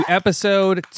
episode